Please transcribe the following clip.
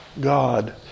God